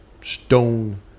stone